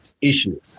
issue